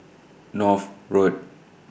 North Road